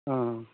অঁ